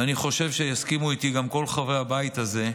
ואני חושב שיסכימו איתי גם כל חברי הבית הזה,